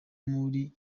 muri